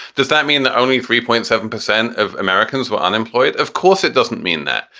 does that mean that only three point seven percent of americans were unemployed? of course it doesn't mean that.